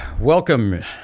welcome